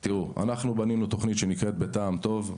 בנינו תוכנית שנקראת "בטעם טוב",